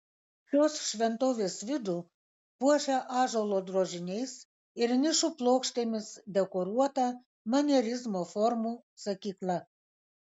šios šventovės vidų puošia ąžuolo drožiniais ir nišų plokštėmis dekoruota manierizmo formų sakykla